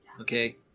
okay